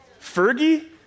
Fergie